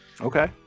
Okay